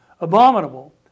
abominable